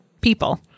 people